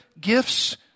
gifts